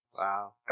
Wow